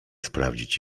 sprawdzić